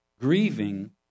grieving